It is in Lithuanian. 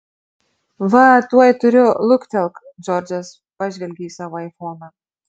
va tuoj turiu luktelk džordžas pažvelgė į savo aifoną